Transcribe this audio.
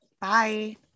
bye